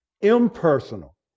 impersonal